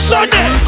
Sunday